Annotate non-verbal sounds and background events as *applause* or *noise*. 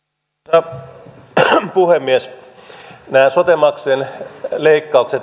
arvoisa puhemies nämä sote maksujen leikkaukset *unintelligible*